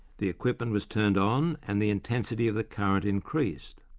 the equipment was turned on, and the intensity of the current increased.